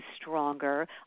stronger